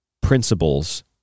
principles